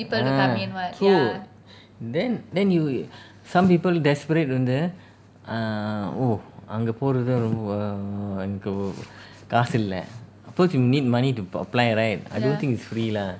ah true then then you y~ some people desperate வந்து:vanthu ah oh அங்க போறது ரொம்ப காசு இல்ல:anga porathu romba kaasu illa cause you need money to apply right I don't think it's free lah